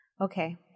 okay